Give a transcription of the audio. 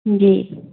جی